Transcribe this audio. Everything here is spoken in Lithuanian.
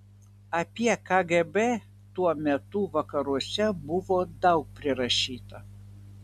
apie kgb tuo metu vakaruose buvo daug prirašyta